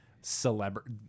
celebrity